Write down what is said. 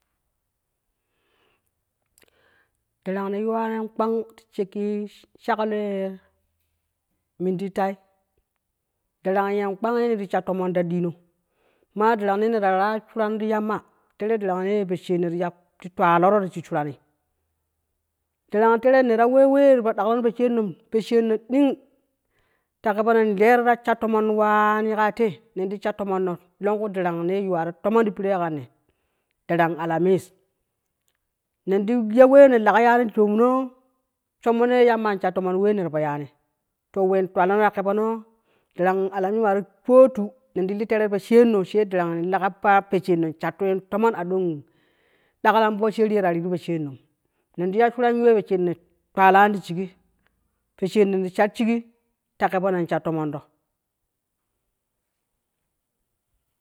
Darang ye yuwa kpang ti shekki shaklo yee minti ta, darang yen kpangi ye neti sha toomom ti ta diino, maa darang yee neta ra shuran di yamma teere darang ne posheerino ti ya ti twaloro ti shig shurani daran non teere ne ta wa wee ta daklono posheerinom, posheer no ɗing ta kebeno in rero ta sha tomom waa. ni kaa te nen ti sha too monno longku daran ne. yuuaro toomon ti pirenee kan ne, darang alamis nen ti ya wee ne laga yani ti toomno shommo no ye yamma wee ni tipo yaani to wen twalo ne ya kebenoo darang alamis maa ti foattu nen di li teere tipo lega pa poshen non shatto yen tomon adom daklan posheeri ta riru poshennom nen ti yashum ye posheenno ti shar shigi po kebeno in sha tomondo.